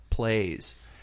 Plays